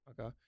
Okay